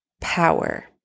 power